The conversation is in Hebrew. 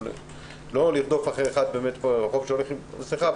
לא לרדוף אחר אדם אחד ברחוב שהולך בלי מסכה,